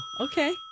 okay